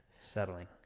Settling